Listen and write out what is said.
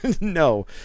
No